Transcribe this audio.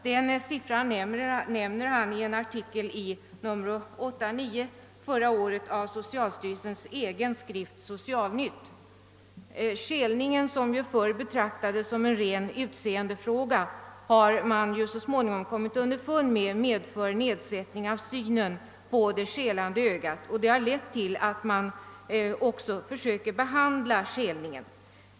Denna siffra nämner han i en artikel i nr 8—9 förra året av socialstyrelsens egen tidskrift Socialnytt. Skelningen betraktades förr som en ren utseendefråga men man har så småningom kommit underfund med att den medför en nedsättning av synen på det skelande ögat. Detta har också lett till att man försöker behandla skelningen.